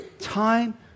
Time